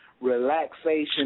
relaxation